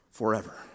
forever